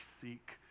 seek